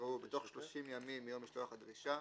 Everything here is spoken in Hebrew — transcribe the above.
יקראו "בתוך שלושים ימים מיום משלוח הדרישה".